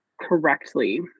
correctly